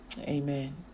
Amen